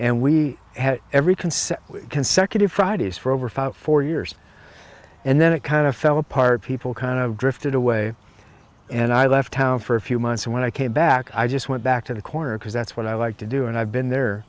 and we had every concept of consecutive fridays for over five four years and then it kind of fell apart people kind of drifted away and i left town for a few months and when i came back i just went back to the corner because that's what i like to do and i've been there